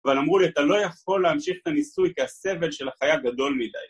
אבל אמרו לי אתה לא יכול להמשיך את הניסוי כי הסבל של החייל גדול מדי